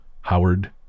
Howard